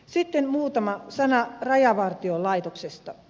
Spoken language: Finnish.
sitten muutama sana rajavartiolaitoksesta